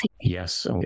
Yes